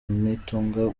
nitunga